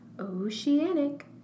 Oceanic